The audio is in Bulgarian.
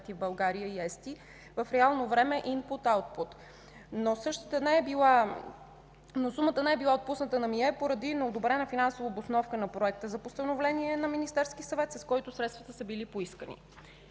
в България и ЕСТИ в реално време инпут-аутпут. Сумата обаче не е била отпусната на МИЕ поради неодобрена финансова обосновка на проекта за постановление на Министерския съвет, с който средствата са били поискани.